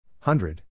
Hundred